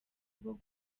bwo